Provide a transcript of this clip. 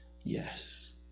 yes